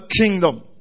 kingdom